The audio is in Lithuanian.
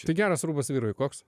tai geras rūbas vyrui koks